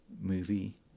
movie